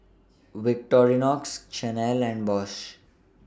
Victorinox Chanel and Bosch